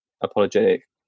apologetic